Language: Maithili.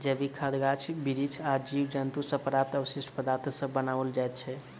जैविक खाद गाछ बिरिछ आ जीव जन्तु सॅ प्राप्त अवशिष्ट पदार्थ सॅ बनाओल जाइत छै